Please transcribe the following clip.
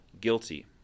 guilty